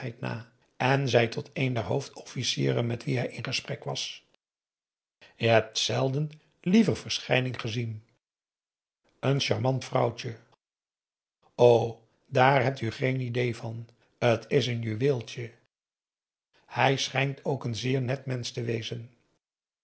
en zei tot een der hoofdofficieren met wien hij in gesprek was je hebt zelden liever verschijning gezien n charmant vrouwtje o daar hebt u geen idée van t is n juweeltje hij schijnt ook n zeer net mensch te wezen